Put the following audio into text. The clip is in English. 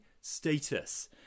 status